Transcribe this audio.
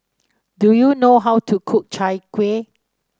do you know how to cook Chai Kueh